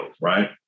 right